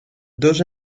dos